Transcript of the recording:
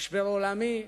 משבר עולמי,